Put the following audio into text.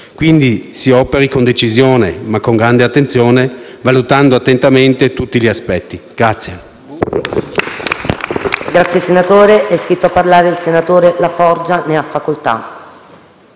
quindi con decisione, ma con grande attenzione, valutando attentamente tutti gli aspetti.